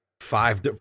five